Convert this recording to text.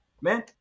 Man